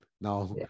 now